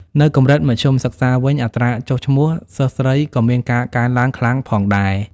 នៅកម្រិតមធ្យមសិក្សាវិញ អត្រាចុះឈ្មោះសិស្សស្រីក៏មានការកើនឡើងខ្លាំងផងដែរ។